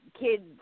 kids